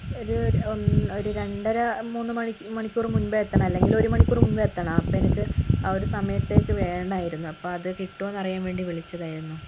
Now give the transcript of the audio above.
ഒരു ഒരു രണ്ടര മൂന്നു മണിക്ക് മണിക്കൂർ മുൻപേ എത്തണം അല്ലെങ്കിൽ ഒര് മണിക്കൂർ മുമ്പേ എത്തണം അപ്പോൾ എനിക്ക് ആ ഒരു സമയത്തേക്ക് വേണമായിരുന്നു അപ്പോൾ അതു കിട്ടുമോയെന്നറിയാൻ വേണ്ടി വിളിച്ചതായിരുന്നു